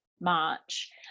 March